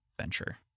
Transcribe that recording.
Venture